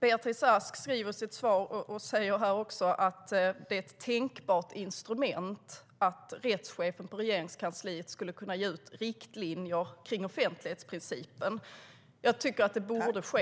Beatrice Ask säger i sitt svar att det är ett tänkbart instrument att rättschefen i Statsrådsberedningen skulle kunna ge ut riktlinjer kring offentlighetsprincipen. Jag tycker att det borde ske.